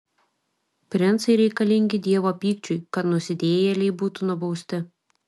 princai reikalingi dievo pykčiui kad nusidėjėliai būtų nubausti